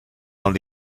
alt